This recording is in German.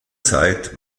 zeit